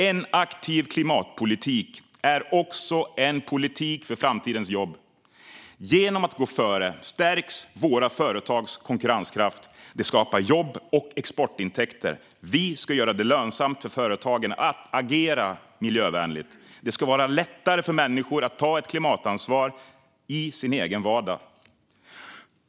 En aktiv klimatpolitik är också en politik för framtidens jobb. Genom att gå före stärker vi våra företags konkurrenskraft. Det skapar jobb och exportintäkter. Vi ska göra det lönsamt för företagen att agera miljövänligt. Det ska vara lättare för människor att ta ett klimatansvar i sin egen vardag.